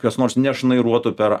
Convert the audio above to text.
kas nors nešnairuotų per